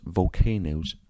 volcanoes